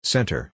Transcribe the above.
Center